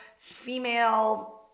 female